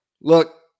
Look